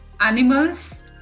animals